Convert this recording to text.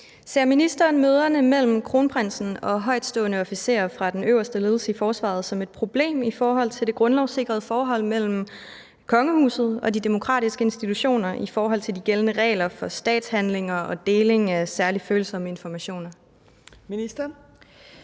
Ser ministeren møderne mellem kronprinsen og højtstående officerer fra den øverste ledelse i Forsvaret som et problem i forhold til det grundlovssikrede forhold mellem kongehuset og de demokratiske institutioner i forhold til de gældende regler for statshandlinger og deling af særligt følsomme informationer? Skriftlig